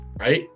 right